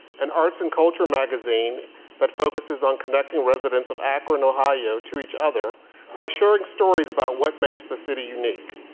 an arts and culture magazine that focuses on connecting residents of akron, ohio to each other by sharing stories about what makes the city unique.